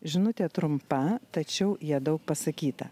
žinutė trumpa tačiau ja daug pasakyta